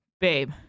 babe